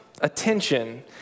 attention